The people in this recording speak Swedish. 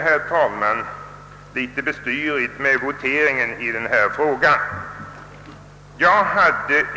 Herr talman! Voteringen om denna fråga är litet invecklad.